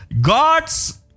God's